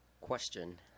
Question